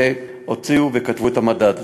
הוציאו וכתבו את המדד הזה.